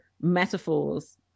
metaphors